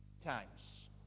times